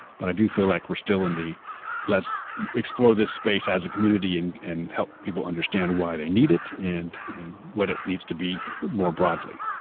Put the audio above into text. but i do feel like we're still in the let's explore this space as a community and and help people understand why they need it and and what it needs to be more broadly.